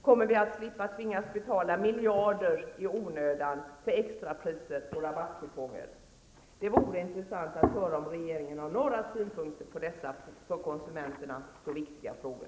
Kommer vi att slippa att tvingas betala miljarder i onödan för extrapriser och rabattkuponger? Det vore intressant att höra om regeringen har några synpunkter på dessa för konsumenterna så viktiga frågor.